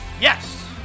Yes